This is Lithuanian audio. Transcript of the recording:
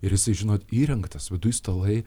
ir jisai žinot įrengtas viduj stalai